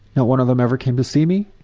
not one of them ever came to see me.